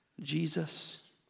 Jesus